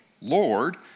Lord